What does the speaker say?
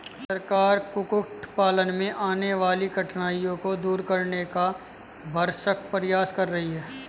सरकार कुक्कुट पालन में आने वाली कठिनाइयों को दूर करने का भरसक प्रयास कर रही है